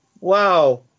wow